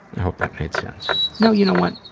hope that made sense. no, you know what?